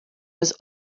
was